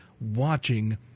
watching